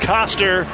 Coster